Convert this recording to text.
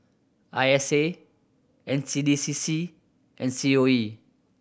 I S A N C D C C and C O E